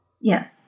Yes